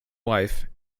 wife